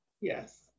Yes